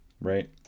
right